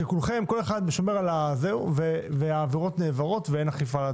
שכל אחד שומר על זה, והעבירות נעברות ואין אכיפה.